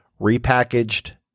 repackaged